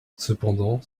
cependant